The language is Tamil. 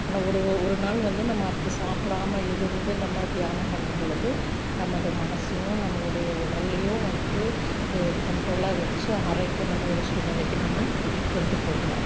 ஆனால் ஒரு ஒரு நாள் வந்து நம்ம அப்படி சாப்பிடாம இருந்து நம்ம தியானம் பண்ணும் பொழுது நமது மனதையும் நம்மளோடய உடலையும் வந்து கண்ட்ரோலாக வச்சு ஆரோக்கியமான ஒரு சூழ்நிலைக்கு நம்ம கொண்டு போகலாம்